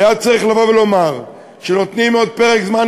והיה צריך לבוא ולומר שנותנים עוד פרק זמן